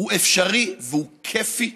בוא אפשרי, והוא כיפי,